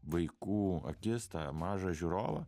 vaikų akis tą mažą žiūrovą